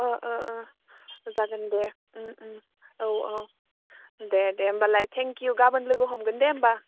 जागोन दे औ अ दे दे होमब्लालाय थेंक इउ गाबोन लोगो हमगोन दे होमब्ला